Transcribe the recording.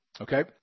Okay